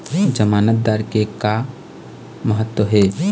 जमानतदार के का महत्व हे?